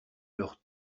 leurs